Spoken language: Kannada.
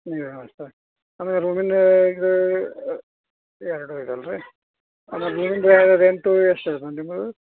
ಅಂದರೆ ರೂಮಿಂದ ಇದು ಎರಡು ಇರಲ್ರಿ ಆಮೇಲೆ ರೂಮಿಂದು ರೆಂಟು ಎಷ್ಟು ಇರ್ತದೆ ನಿಮ್ಮದು